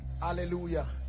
Hallelujah